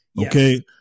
okay